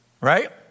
Right